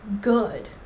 good